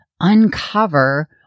uncover